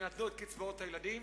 שנתנו את קצבאות הילדים